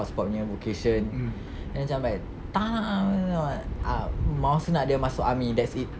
hot spot nya vocation then macam like tak nak ah mama nak dia masuk army that's it